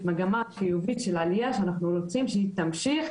מגמה חיובית של עלייה שאנחנו רוצים שהיא תמשיך,